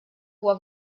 huwa